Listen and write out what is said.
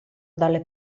delle